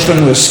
יש לנו הסדר,